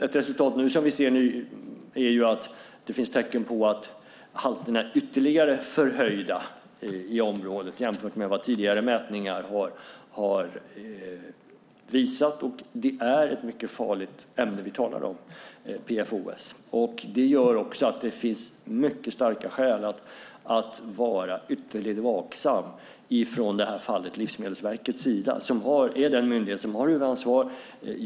Ett resultat som vi ser nu är att det finns tecken på att halterna är ytterligare förhöjda i området jämfört med vad tidigare mätningar har visat. Det är ett mycket farligt ämne vi talar om, PFOS, och det gör också att det finns mycket starka skäl för att vara ytterligt vaksam från i det här fallet Livsmedelsverkets sida - det är den myndighet som har huvudansvaret.